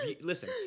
listen